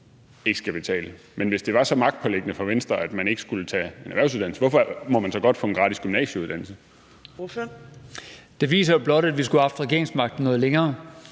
ikke skal betale. Men hvis det var så magtpåliggende for Venstre, at man ikke skulle tage en erhvervsuddannelse, hvorfor må man så godt få en gratis gymnasieuddannelse? Kl. 18:29 Fjerde næstformand (Trine